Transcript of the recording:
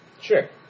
Sure